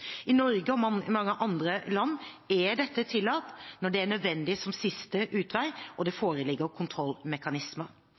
I Norge og mange andre land er dette tillatt når det er nødvendig som siste utvei og det